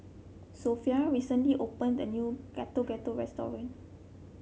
Sophronia recently opened a new Getuk Getuk restaurant